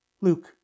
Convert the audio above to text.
Luke